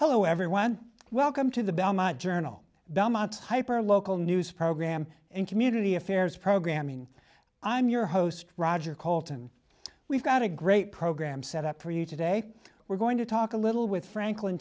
hello everyone welcome to the belmont journal belmont's hyper local news program and community affairs programming i'm your host roger coulton we've got a great program set up for you today we're going to talk a little with franklin